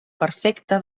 perfecte